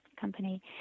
company